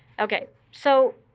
ok, so